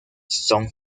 son